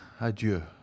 adieu